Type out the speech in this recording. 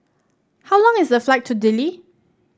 how long is the flight to Dili